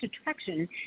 attraction